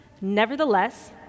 Nevertheless